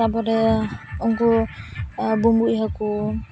ᱛᱟᱯᱚᱨᱮ ᱩᱱᱠᱩ ᱵᱩᱸᱵᱩᱡ ᱦᱟᱹᱠᱩ